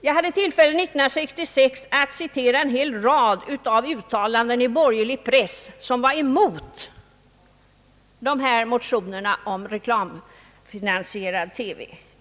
Jag citerade 1966 en hel rad uttalanden i borgerlig press som gick emot motionerna om reklamfinansierad TV.